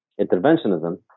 interventionism